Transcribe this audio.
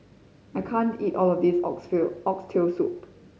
I can't eat all of this Oxtail Soup